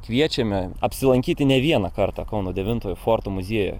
kviečiame apsilankyti ne vieną kartą kauno devintojo forto muziejuje